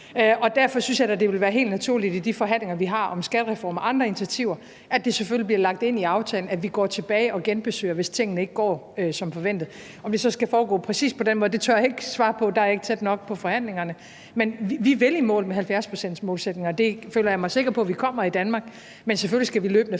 Derfor synes jeg da, det ville være helt naturligt i de forhandlinger, vi har om skattereform og andre initiativer, at det selvfølgelig bliver lagt ind i aftalen, at vi går tilbage og genbesøger det, hvis tingene ikke går som forventet. Om det så skal foregå præcis på den måde, tør jeg ikke svare på. Der er jeg ikke tæt nok på forhandlingerne, men vi vil i mål med 70-procentsmålsætningen, og det føler jeg mig sikker på at vi kommer i Danmark, men selvfølgelig skal vi løbende